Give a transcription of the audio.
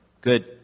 Good